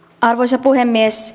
arvoisa puhemies